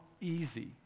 easy